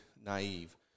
naive